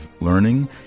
learning